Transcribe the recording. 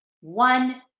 one